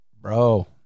Bro